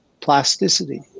plasticity